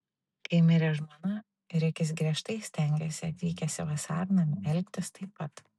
kai mirė žmona rikis griežtai stengėsi atvykęs į vasarnamį elgtis taip pat